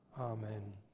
Amen